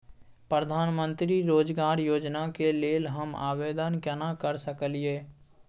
प्रधानमंत्री रोजगार योजना के लेल हम आवेदन केना कर सकलियै?